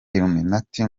illuminati